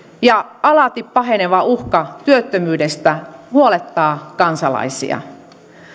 ja alati paheneva uhka työttömyydestä huolettavat kansalaisia